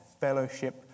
fellowship